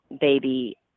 baby